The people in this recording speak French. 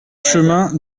chemin